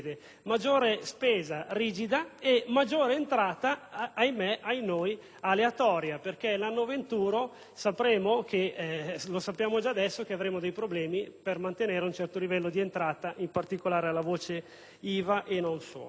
maggiore spesa rigida e maggiore entrata - ahinoi! - aleatoria, perché l'anno venturo sapremo - lo sappiamo già adesso - che avremo problemi per mantenere un certo livello di entrata, in particolare alla voce IVA e non solo.